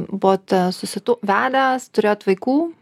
buvote susituo vedęs turėjot vaikų